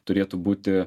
turėtų būti